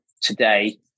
today